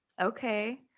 Okay